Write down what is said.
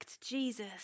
Jesus